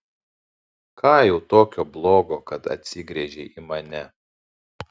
ką jau tokio blogo kad atsigręžei į mane